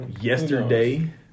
Yesterday